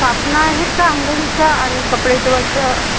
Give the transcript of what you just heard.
साबणं आहेत का आंघोळीच्या आणि कपडे धुवायच्या